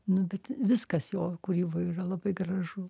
nu bet viskas jo kūryboj yra labai gražu